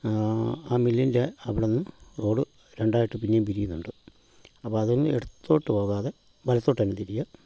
ആ മില്ലിൻ്റെ അവിടുന്ന് റോഡ് രണ്ടായിട്ട് പിന്നെയും പിരിയുന്നുണ്ട് അപ്പം അതും ഇടത്തോട്ട് പോകാതെ വലത്തോട്ട് തന്നെ തിരിയുക